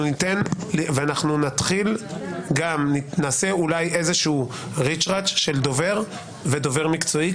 ואנחנו נעשה אולי איזה ריץ'-רץ' של דובר ודובר מקצועי,